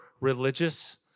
religious